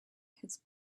his